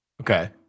Okay